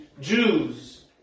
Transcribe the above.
Jews